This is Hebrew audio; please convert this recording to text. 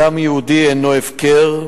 דם יהודי אינו הפקר.